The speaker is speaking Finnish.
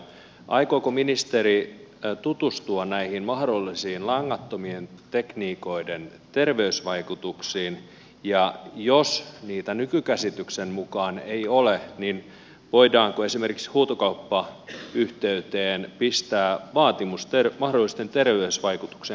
aikooko ministeri tutustua näihin mahdollisiin langattomien tekniikoiden terveysvaikutuksiin ja jos niitä nykykäsityksen mukaan ei ole voidaanko esimerkiksi huutokauppayhteyteen pistää vaatimus mahdollisten terveysvaikutuksien korvauksesta